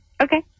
Okay